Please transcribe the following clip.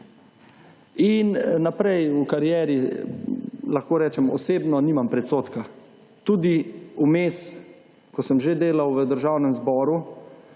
In naprej v karieri lahko rečem osebno, nimam predsodka, tudi vmes, ko sem že delal v Državnem zboru,